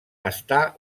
està